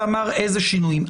ואמר איזה שינויים.